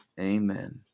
amen